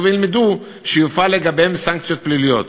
וילמדו סעיף שלפיו יופעלו לגביהם סנקציות פליליות,